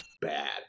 bad